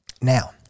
Now